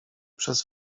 przez